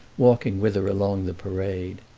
walking with her along the parade.